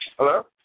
Hello